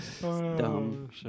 dumb